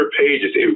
pages